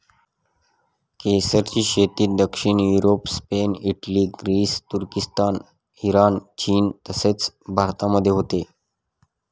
केसरची शेती दक्षिण युरोप, स्पेन, इटली, ग्रीस, तुर्किस्तान, इराण, चीन तसेच भारतामध्ये होते